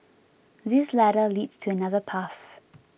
this ladder leads to another path